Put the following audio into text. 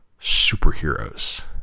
superheroes